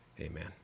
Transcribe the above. Amen